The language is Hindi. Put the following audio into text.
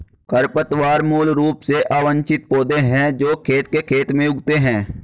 खरपतवार मूल रूप से अवांछित पौधे हैं जो खेत के खेत में उगते हैं